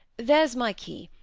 there's my key.